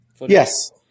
Yes